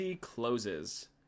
closes